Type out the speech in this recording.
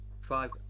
five